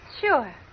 Sure